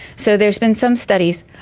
so there's been some studies,